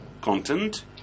content